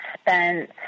spent